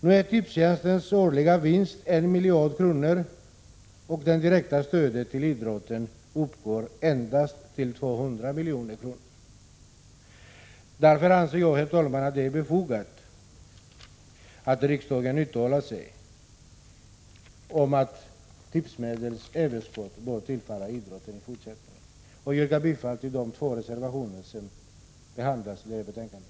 Nu är Tipstjänsts till 200 milj.kr. Därför anser jag, herr talman, att det är befogat att riksdagen uttalar sig om att tipsmedlens överskott bör tillfalla idrotten i fortsättningen. Jag yrkar bifall till de två reservationer som fogats till detta betänkande.